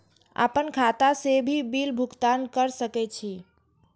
आपन खाता से भी बिल भुगतान कर सके छी?